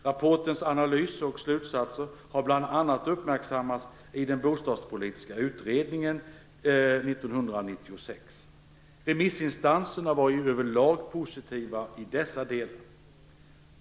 Rapportens analyser och slutsatser har bl.a. uppmärksammats i den bostadspolitiska utredningen . Remissinstanserna var över lag positiva i dessa delar.